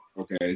Okay